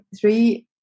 three